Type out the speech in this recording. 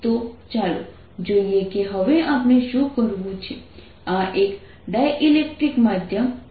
તો ચાલો જોઈએ કે હવે આપણે શું કરવું છે આ એક ડાઇલેક્ટ્રિક માધ્યમ છે